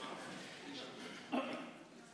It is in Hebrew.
היינו יושבים שם